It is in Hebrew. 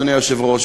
אדוני היושב-ראש,